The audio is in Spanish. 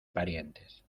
parientes